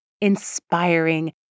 inspiring